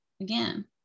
again